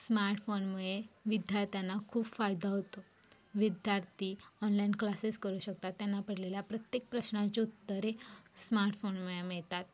स्मार्टफोनमुळे विद्यार्थ्यांना खूप फायदा होतो विद्यार्थी ऑनलाईन क्लासेस करू शकतात त्यांना पडलेल्या प्रत्येक प्रश्नाचे उत्तर हे स्मार्टफोनमुळे मिळतात